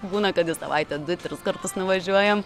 būna kad į savaitę du tris kartus nuvažiuojam